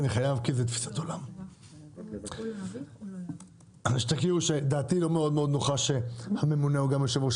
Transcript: כי אני חייב: תכירו שדעתי לא מאוד-מאוד נוחה שהממונה הוא גם יושב ראש